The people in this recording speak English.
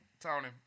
Tony